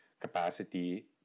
capacity